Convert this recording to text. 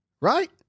right